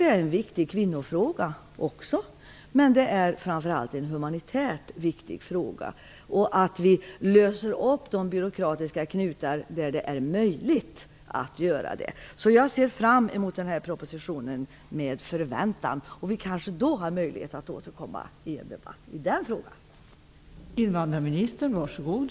Det är en viktig kvinnofråga, men det är framför allt en humanitärt viktig fråga. Vi skall lösa upp de byråkratiska knutarna där det är möjligt att göra det. Jag ser fram emot den här propositionen med förväntan. Vi har kanske möjlighet att återkomma i en debatt i den här frågan.